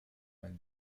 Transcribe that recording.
when